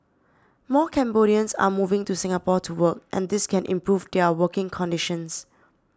more Cambodians are moving to Singapore to work and this can improve their working conditions